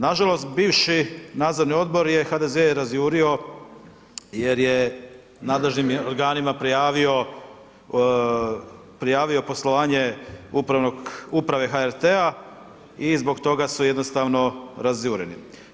Nažalost bivši nadzorni odbor je HDZ razjurio jer je nadležnim organima prijavio poslovanje uprave HRT-a i zbog toga su jednostavno razjureni.